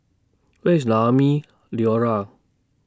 Where IS Naumi Liora